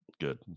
good